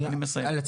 אני מסיים אדוני.